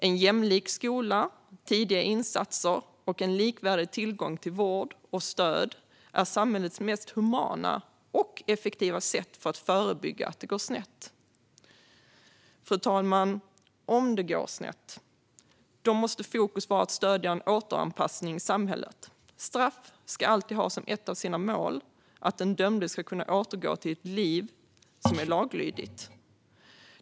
En jämlik skola, tidiga insatser och en likvärdig tillgång till vård och stöd är samhällets mest humana och effektiva sätt att förebygga att det går snett. Fru talman! Om det går snett måste fokus vara att stödja en återanpassning till samhället. Straff ska alltid ha som ett av sina mål att den dömde ska kunna återgå till ett liv som är laglydigt.